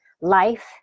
life